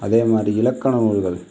அதேமாதிரி இலக்கண நூல்கள்